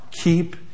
keep